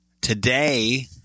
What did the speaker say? today